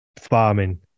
farming